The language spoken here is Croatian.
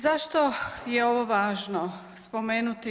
Zašto je ovo važno spomenuti?